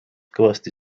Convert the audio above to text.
kõvasti